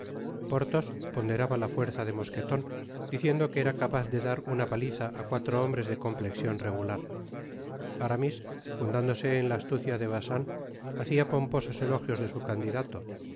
porthos ponderaba la fuerza de mosqueton diciendo que era capaz de dar una paliza á cuatro hombres de complexion regular aramis fundándose en la astucia de bacin hacia pomposos elogios de su candidato y